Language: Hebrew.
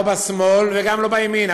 לא בשמאל וגם לא בימין,